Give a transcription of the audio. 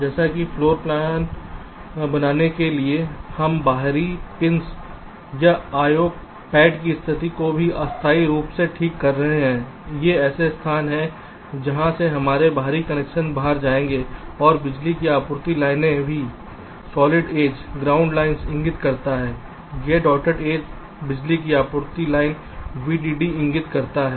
जैसे कि floor plan बनाने के लिए हम बाहरी पिंस या IO पैड की स्थिति को भी अस्थायी रूप से ठीक कर रहे हैं ये ऐसे स्थान हैं जहाँ से हमारे बाहरी कनेक्शन बाहर जाएंगे और बिजली की आपूर्ति लाइनें भी सॉलिड एज ग्राउंड लाइंस इंगित करता है यह डॉटेड एज बिजली की आपूर्ति लाइन वीडीडी को इंगित करता है